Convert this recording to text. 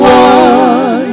one